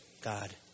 God